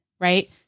right